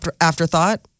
afterthought